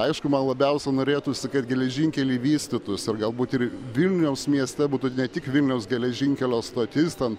aišku man labiausia norėtųsi kad geležinkeliai vystytųsi ir galbūt ir vilniaus mieste būtų ne tik vilniaus geležinkelio stotis ten